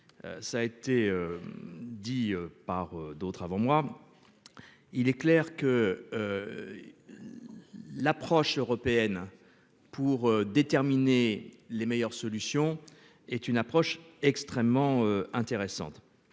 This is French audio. Ça a été. Dit par d'autres avant moi. Il est clair que. L'approche européenne pour déterminer les meilleures solutions est une approche extrêmement intéressante